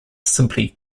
simply